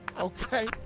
Okay